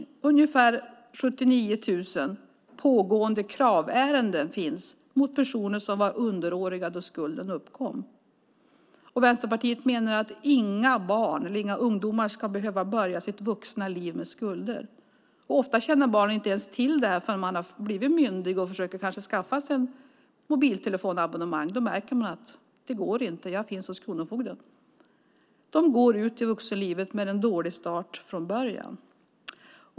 Det finns ungefär 79 000 pågående kravärenden mot personer som var underåriga då skulden uppkom. Vänsterpartiet menar att inga ungdomar ska behöva börja sitt vuxna liv med skulder. Ofta känner barnen inte ens till det förrän de har blivit myndiga och försöker skaffa sig ett mobiltelefonabonnemang. Då märker de att det inte går och att de finns hos Kronofogden. De går ut i vuxenlivet med en dålig start från början.